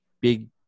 big